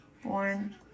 One